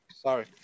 Sorry